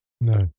No